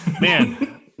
Man